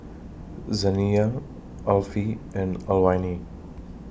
Zaniyah Alfie and Alwine